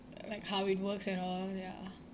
like how it works and all ya